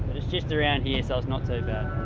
its just around here so it's not too bad.